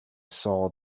saw